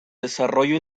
desarrollo